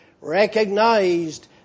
recognized